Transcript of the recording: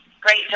great